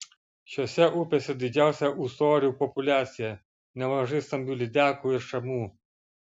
šiose upėse didžiausia ūsorių populiacija nemažai stambių lydekų ir šamų